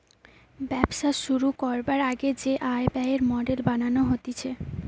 ব্যবসা শুরু করবার আগে যে আয় ব্যয়ের মডেল বানানো হতিছে